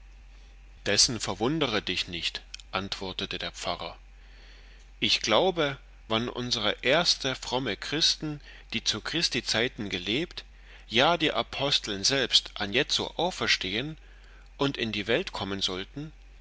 dessen verwundere dich nicht antwortete der pfarrer ich glaube wann unsere erste fromme christen die zu christi zeiten gelebt ja die aposteln selbst anjetzo auferstehen und in die welt kommen sollten